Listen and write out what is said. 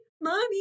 mommy